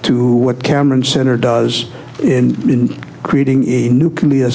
to what cameron center does in creating a new can be a